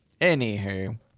Anywho